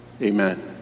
amen